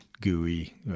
gooey